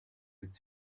wird